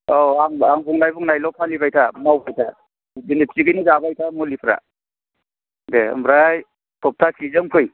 औ आं बुंनाय बुंनायल' फालिबाय था मावबाय था बिदिनो थिगैनो जाबाय था मुलिफ्रा दे ओमफ्राय सप्ताहसेजों फै